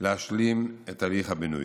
להשלים את הליך הבינוי,